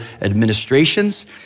administrations